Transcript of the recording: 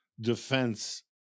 defense